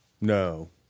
No